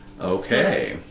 Okay